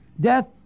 Death